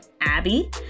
Abby